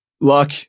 Luck